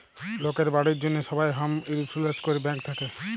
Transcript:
লকের বাড়ির জ্যনহে সবাই হম ইলসুরেলস ক্যরে ব্যাংক থ্যাকে